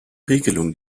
regelung